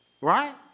Right